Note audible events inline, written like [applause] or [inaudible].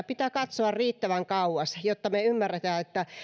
[unintelligible] pitää katsoa riittävän kauas jotta me ymmärrämme